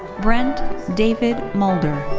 brent david moulder.